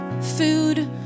food